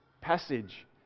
passage